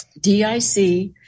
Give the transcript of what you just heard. DIC